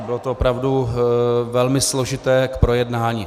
Bylo to opravdu velmi složité k projednání.